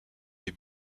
les